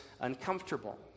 uncomfortable